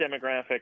demographic